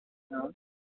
हाँ